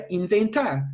inventar